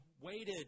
waited